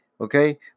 okay